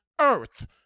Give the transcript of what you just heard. earth